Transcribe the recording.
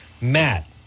Matt